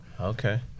Okay